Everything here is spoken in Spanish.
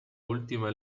última